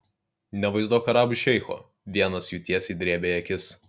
nevaizduok arabų šeicho vienas jų tiesiai drėbė į akis